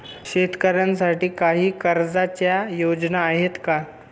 शेतकऱ्यांसाठी काही कर्जाच्या योजना आहेत का?